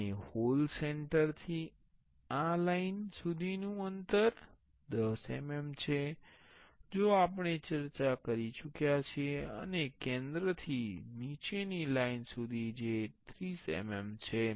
અને hole centre થી આ લાઇન સુધીનુ 10 mm છે જેમ આપણે ચર્ચા કરી હતી અને કેન્દ્રથી નીચેની લાઇન સુધી જે 30 mm છે